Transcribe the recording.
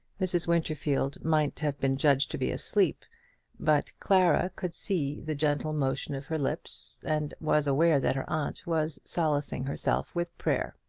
mrs. winterfield might have been judged to be asleep but clara could see the gentle motion of her lips, and was aware that her aunt was solacing herself with prayer.